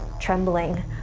Trembling